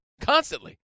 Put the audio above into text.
constantly